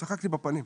הוא צחק לי בפנים.